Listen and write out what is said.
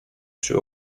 przy